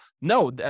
no